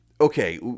Okay